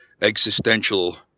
existential